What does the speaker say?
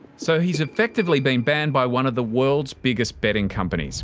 so he's effectively been banned by one of the world's biggest betting companies